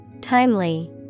Timely